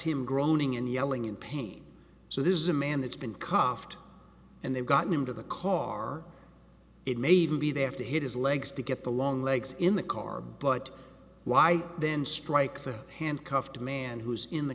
him groaning and yelling in pain so this is a man that's been carved and they've gotten into the car it may even be they have to hit his legs to get the long legs in the car but why then strike the handcuffed man who's in the